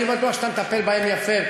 אני בטוח שאתה מטפל בהם יפה,